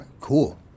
Cool